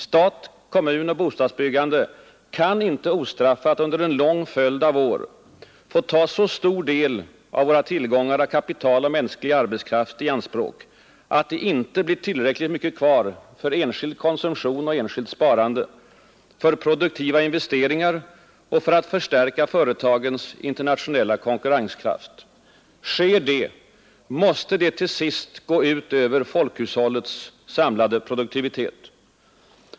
Stat, kommun och bostadsbyggande kan inte ostraffat under en lång följd av år få ta så stor del av våra tillgångar av kapital och mänsklig arbetskraft i anspråk, att det inte blir tillräckligt mycket kvar för enskild konsumtion och enskilt sparande, för produktiva investeringar och för att förstärka företagens internationella konkurrenskraft. Sker detta, måste det till sist gå ut över folkhushållets samlade produktivitet.